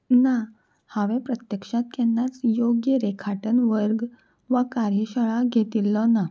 ना हांवें प्रत्यक्षांत केन्नाच योग्य रेखाटन वर्ग वा कार्यशाळा घेतिल्लो ना